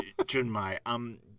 Junmai